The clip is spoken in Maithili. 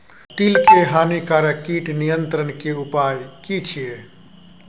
तिल के हानिकारक कीट नियंत्रण के उपाय की छिये?